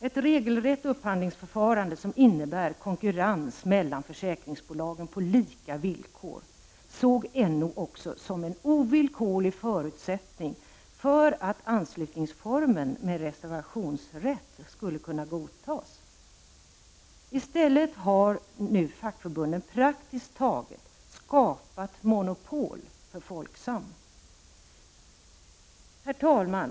Ett regelrätt upphandlingsförfarande som innebär konkurrens mellan försäkringsbolagen på lika villkor såg NO också som en ovillkorlig förutsättning för att anslutningsformen med reservationsrätt skulle kunna godtas. I stället har nu fackförbunden praktiskt taget skapat monopol för Folksam. Herr talman!